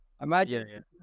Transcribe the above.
Imagine